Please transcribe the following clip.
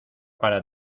para